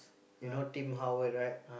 you know Tim-Howard right